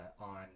on